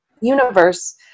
universe